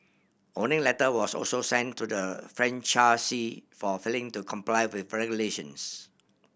warning letter was also sent to the franchisee for failing to comply with regulations